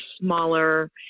smaller